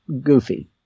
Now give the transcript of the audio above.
goofy